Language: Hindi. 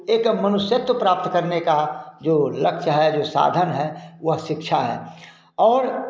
एक मनुष्यत्व प्राप्त करने का जो लक्ष्य है जो साधन है वह शिक्षा है और